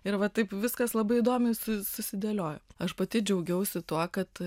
ir va taip viskas labai įdomiai su susidėliojo aš pati džiaugiausi tuo kad